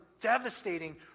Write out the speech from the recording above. devastating